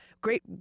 great